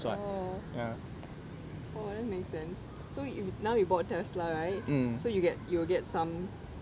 oh oh that makes sense so you now you bought tesla right so you get you'll get some